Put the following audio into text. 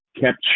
kept